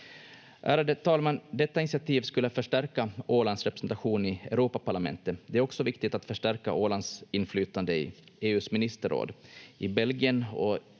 Ärade talman! Detta initiativ skulle förstärka Ålands representation i Europaparlamentet. Det är också viktigt att förstärka Ålands inflytande i EU:s ministerråd. I Belgien och